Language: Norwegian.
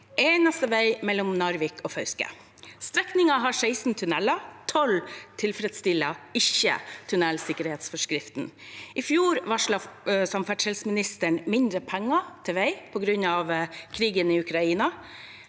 eneste vei mellom Narvik og Fauske. Strekningen har 16 tunneler, 12 tilfredsstiller ikke tunnelsikkerhetsforskriften. I fjor varslet samferdselsministeren mindre penger til vei på grunn av krigen i Ukraina,